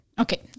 Okay